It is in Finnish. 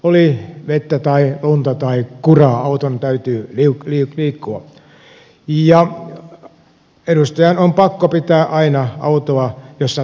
oli vettä tai lunta tai kuraa auton täytyy liikkua ja edustajan on pakko pitää aina autoa jossa takuu on voimassa